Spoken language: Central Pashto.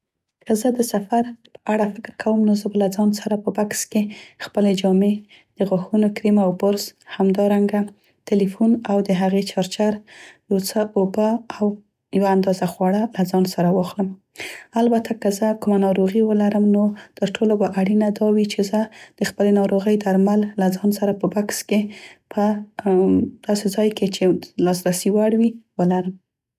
که زه د سفر په اړه فکر کوم نو زه به له ځان سره په بکس کې خپلې جامې، د غاښونو کریم او برس همدرانګه تلیفون او د هغې چارچر، یو څه اوبه او یوه اندازه خواړه له ځان سره واخلم. البته که زه کومه ناروغي لاسرسي وړ وي، ولرم. داسې ځای کې چې ولرم نو تر ټولو به اړینه به دا وي چې زه د خپلې ناروغۍ درمل له ځان سره په بکس کې په